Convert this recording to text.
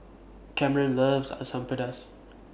Cameron loves Asam Pedas